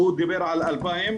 שהוא דיבר על 2,000,